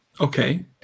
Okay